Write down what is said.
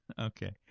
Okay